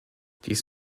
dies